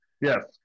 Yes